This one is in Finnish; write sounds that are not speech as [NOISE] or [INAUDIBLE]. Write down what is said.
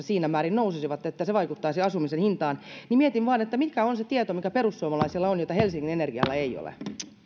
[UNINTELLIGIBLE] siinä määrin nousisivat että se vaikuttaisi asumisen hintaan mietin vain mikä on se tieto mikä perussuomalaisilla on mitä helsingin energialla ei ole